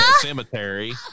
Cemetery